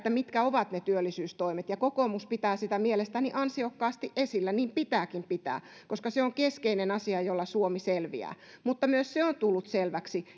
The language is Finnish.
mitkä ovat ne työllisyystoimet ja kokoomus pitää sitä mielestäni ansiokkaasti esillä niin pitääkin pitää koska se on keskeinen asia jolla suomi selviää mutta myös se on tullut selväksi